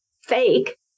fake